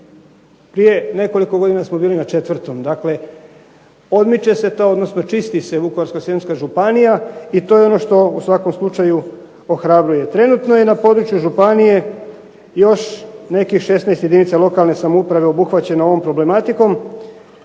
prije nekoliko godina smo bili na 4. Dakle, odmiče se to, odnosno čisti se Vukovarsko-srijemska županija i to je ono što u svakom slučaju ohrabruje. Trenutno je na području županije još nekih 16 jedinica lokalne samouprave obuhvaćeno ovom problematikom.